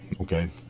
Okay